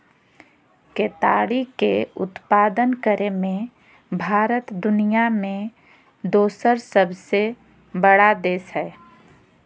केताड़ी के उत्पादन करे मे भारत दुनिया मे दोसर सबसे बड़ा देश हय